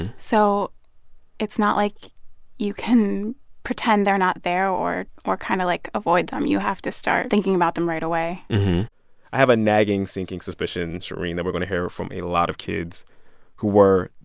and so it's not like you can pretend they're not there or or kind of, like, avoid them. you have to start thinking about them right away i have a nagging, sinking suspicion, shereen, that we're going to hear from a lot of kids who were